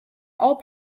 all